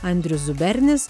andrius zubernis